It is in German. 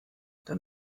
dann